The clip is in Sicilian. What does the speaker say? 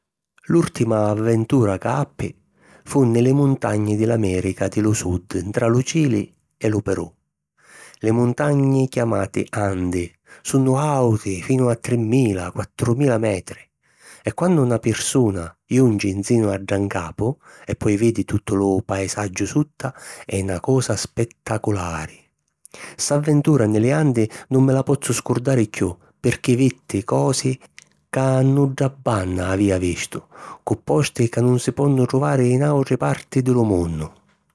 L’ùrtima avventura ca appi fu nni li muntagni di l’Amèrica di lu sud ntra lu Cili e lu Perù. Li muntagni chiamati Andi, sunnu àuti finu a trimmila - quattrumila metri e quannu na pirsuna junci nsinu a ddà ncapu e poi vidi tuttu lu paesaggiu sutta, è na cosa spettaculari. Ss'avventura nni li Andi nun mi la pozzu scurdari chiù, pirchì vitti cosi ca a nudda banna avìa vistu, cu posti ca nun si ponnu truvari in àutri parti di lu munnu.